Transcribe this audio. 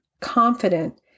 confident